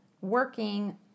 working